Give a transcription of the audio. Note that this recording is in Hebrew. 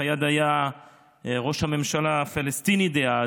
פיאד היה ראש הממשלה הפלסטיני דאז.